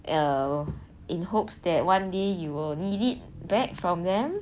uh in hopes that one day you will need it back from them